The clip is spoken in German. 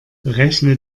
berechne